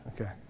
Okay